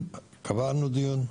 קבענו דיון,